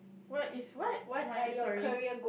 what is what my sorry